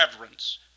reverence